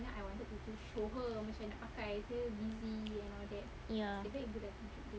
ya